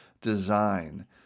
design